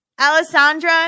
Alessandra